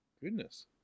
Goodness